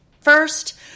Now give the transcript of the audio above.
First